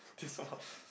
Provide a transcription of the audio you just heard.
this small